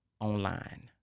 online